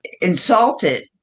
insulted